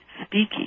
speaking